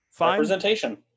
representation